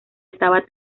estaba